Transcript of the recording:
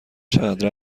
چقدر